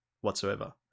whatsoever